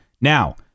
Now